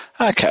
Okay